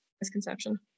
misconception